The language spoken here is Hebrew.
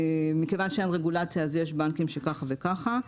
מכיוון שאין רגולציה אז יש בנקים שככה וככה.